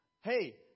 Hey